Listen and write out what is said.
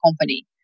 company